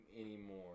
anymore